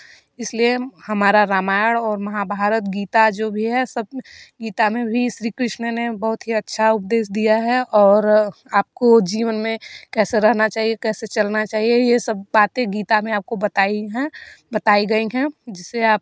इसलिए हमारा रामायण और महाभारत गीता जो भी है सब गीता में भी श्री कृष्ण ने बहुत ही अच्छा उपदेश दिया है और आपको जीवन में कैसे रहना चाहिए कैसे चलना चाहिए यह सब बातें गीता में आपको बताई हैं बताई गई हैं जिससे आप